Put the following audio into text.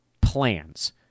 plans